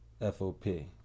FOP